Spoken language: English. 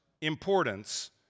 importance